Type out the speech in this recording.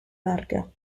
larga